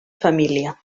família